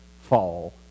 fall